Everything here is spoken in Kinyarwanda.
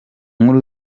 nkuru